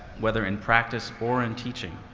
whether in practice or in teaching.